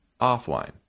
offline